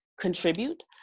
contribute